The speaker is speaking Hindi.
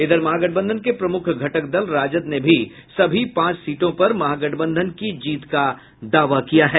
इधर महागठबंधन के प्रमुख घटक दल राजद ने भी सभी पांच सीटों पर महागठबंधन की जीत का दावा किया है